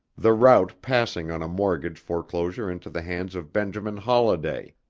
the route passing on a mortgage foreclosure into the hands of benjamin holladay,